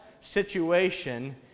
situation